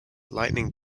lightning